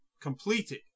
completed